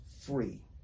free